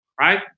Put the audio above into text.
right